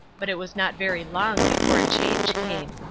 but it was not very long before a change came.